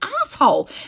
asshole